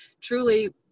Truly